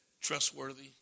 trustworthy